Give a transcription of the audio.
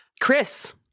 Chris